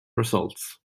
results